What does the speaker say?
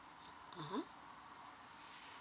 (uh huh)